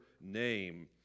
name